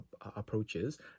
approaches